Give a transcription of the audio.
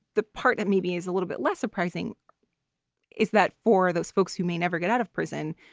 the part that maybe is a little bit less surprising is that for those folks who may never get out of prison,